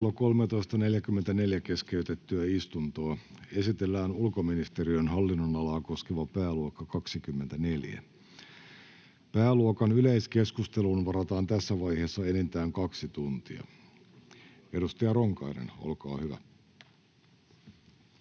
kello 13.44 keskeytettyä istuntoa. Esitellään ulkoministeriön hallinnonalaa koskeva pääluokka 24. Pääluokan yleiskeskusteluun varataan tässä vaiheessa enintään kaksi tuntia. — Edustaja Ronkainen, olkaa hyvä.